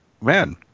man